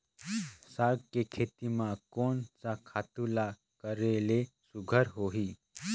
साग के खेती म कोन स खातु ल करेले सुघ्घर होही?